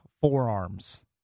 forearms